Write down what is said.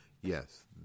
yes